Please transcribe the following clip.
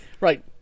Right